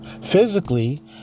Physically